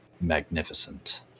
magnificent